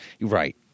Right